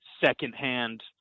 secondhand